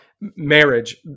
marriage